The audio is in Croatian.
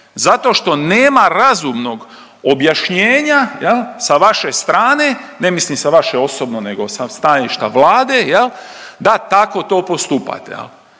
zato što nema razumnog objašnjenja sa vaše strane, ne mislim sa vaše osobno nego sa stajališta Vlade da tako to postupate.